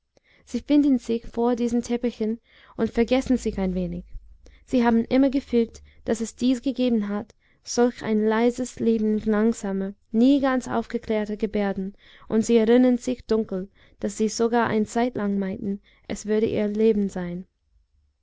sie finden sich vor diesen teppichen und vergessen sich ein wenig sie haben immer gefühlt daß es dies gegeben hat solch ein leises leben langsamer nie ganz aufgeklärter gebärden und sie erinnern sich dunkel daß sie sogar eine zeitlang meinten es würde ihr leben sein